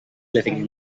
living